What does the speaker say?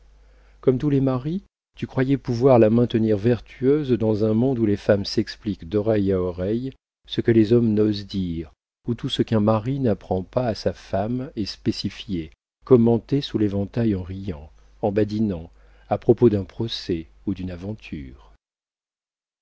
comme tous les maris tu croyais pouvoir la maintenir vertueuse dans un monde où les femmes s'expliquent d'oreille à oreille ce que les hommes n'osent dire où tout ce qu'un mari n'apprend pas à sa femme est spécifié commenté sous l'éventail en riant en badinant à propos d'un procès ou d'une aventure